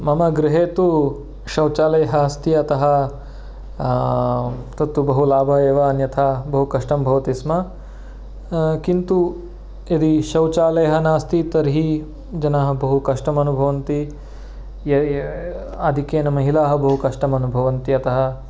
मम गृहे तु शौचालयः अस्ति अतः तत्तु बहु लाभः एव अन्यथा बहु कष्टं भवति स्म किन्तु यदि शौचालयः नास्ति तर्हि जनाः बहु कष्टम् अनुभवन्ति आधिक्येन महिलाः बहु कष्टम् अनुभवन्ति अतः